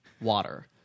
water